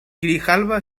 grijalba